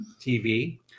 TV